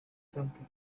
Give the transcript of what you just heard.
something